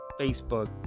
Facebook